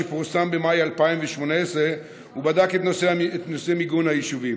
שפורסם במאי 2018 ובדק את נושא מיגון היישובים.